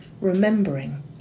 remembering